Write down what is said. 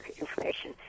information